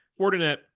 Fortinet